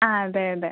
ആ അതെ അതെ